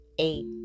Eight